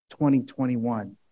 2021